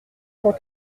cent